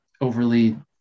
overly